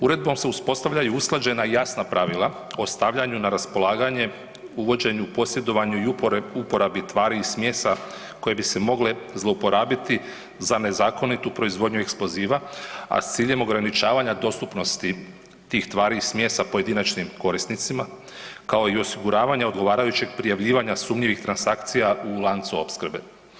Uredbom se uspostavlja i usklađena i jasna pravila o stavljanju na raspolaganju, uvođenju, posjedovanju i uporabi tvari i smjesa koje bi se mogle zlouporabiti za nezakonitu proizvodnju eksploziva a s ciljem ograničavanja dostupnosti tih tvari i smjesa pojedinačnim korisnicima kao i osiguravanja odgovarajućih prijavljivanja sumnjivih transakcija u lancu opskrbe.